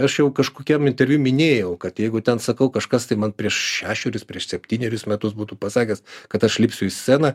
aš jau kažkokiam interviu minėjau kad jeigu ten sakau kažkas tai man prieš šešerius prieš septynerius metus būtų pasakęs kad aš lipsiu į sceną